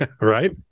right